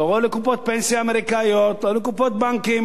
לא לקופות פנסיה אמריקניות ולא לקופות בנקים,